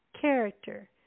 character